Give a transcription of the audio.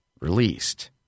released